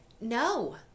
no